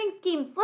schemes